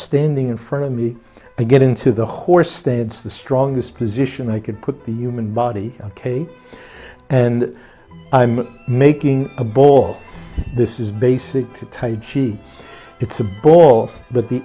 standing in front of me to get into the horse stance the strongest position i could put the human body ok and i'm making a ball this is basic to tai ji it's a ball but the